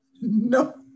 no